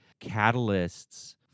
catalysts